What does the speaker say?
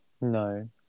no